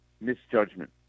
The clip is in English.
misjudgment